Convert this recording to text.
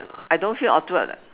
I don't feel awkward [what]